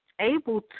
able